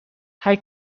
hij